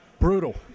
Brutal